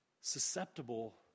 susceptible